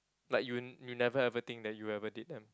like you'll you never ever think that you ever date them